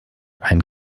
ein